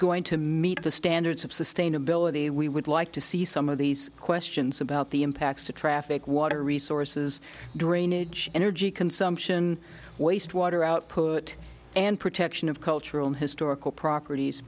going to meet the standards of sustainability we would like to see some of these questions about the impacts to traffic water resources drainage energy consumption waste water output and protection of cultural historical properties